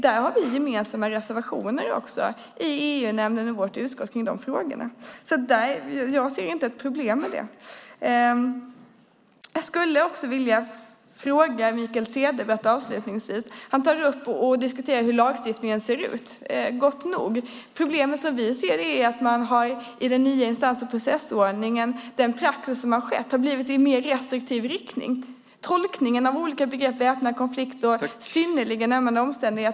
Vi har gemensamma reservationer i EU-nämnden och i vårt utskott kring de frågorna. Jag ser inte något problem med det. Jag skulle avslutningsvis också vilja ställa en fråga till Mikael Cederbratt. Han tar upp och diskuterar hur lagstiftningen ser ut, och det är gott nog. Problemet som vi ser det är att med den nya instans och processordningen har praxis gått i en mer restriktiv riktning, på grund av tolkningen av olika begrepp, som öppna konflikter och synnerligen ömmande omständigheter.